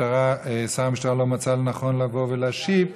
שר המשטרה לא מצא לנכון לבוא ולהשיב עליה.